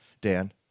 Dan